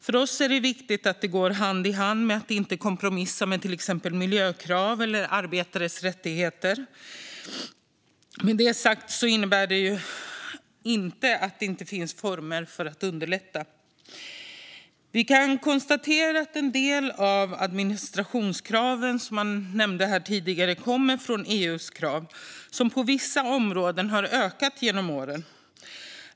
För oss är det viktigt att det går hand i hand med att inte kompromissa med till exempel miljökrav eller arbetares rättigheter. Med det sagt innebär det inte att det inte finns former för att underlätta. Vi kan konstatera att en del av de administrationskrav som man nämnde här tidigare kommer från EU, och det har på vissa områden ökat genom åren.